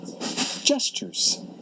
Gestures